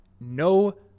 no